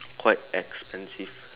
quite expensive